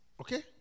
okay